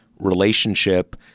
relationship